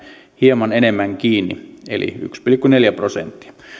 hieman enemmän kiinni eli yksi pilkku neljä prosenttia